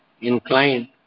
inclined